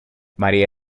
maría